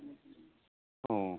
अ